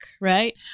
Right